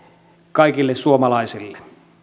kaikille suomalaisille